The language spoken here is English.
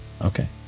Okay